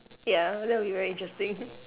ya that would be very interesting